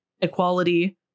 equality